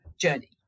journey